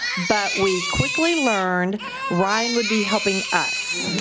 but we quickly learned ryan would be helping us.